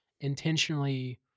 intentionally